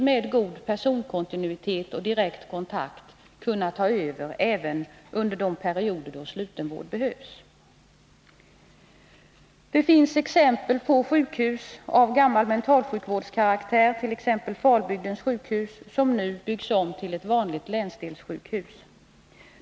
Med god personkontinuitet och direkt kontakt med patienterna skall de kunna ta över vården även under de perioder då sluten vård behövs. Det finns exempel på sjukhus av gammal mentalsjukvårdskaraktär, t.ex. Falbygdens sjukhus, som nu byggs om till ett vanligt länsdelssjukhus.